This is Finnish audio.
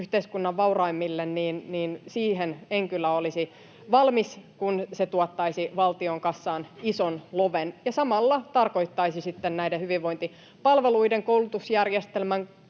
yhteiskunnan vauraimmille, en kyllä olisi valmis, kun se tuottaisi valtion kassaan ison loven ja samalla tarkoittaisi sitten näiden hyvinvointipalveluiden — koulutusjärjestelmän,